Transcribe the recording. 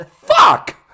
Fuck